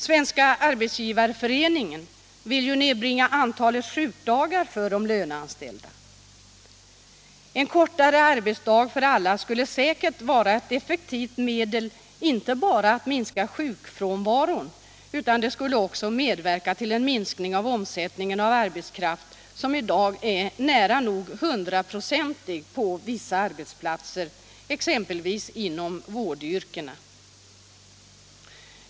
Svenska arbetsgivareföreningen vill ju nedbringa antalet sjukdagar för de löneanställda. En kortare arbetsdag för alla skulle säkert vara ett effektivt medel inte bara för att minska sjukfrånvaron utan det skulle också medverka till en minskning av omsättningen av arbetskraft som i'dag är nära nog hundraprocentig på vissa arbetsplatser, exempelvis inom vårdyrkena.